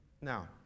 Now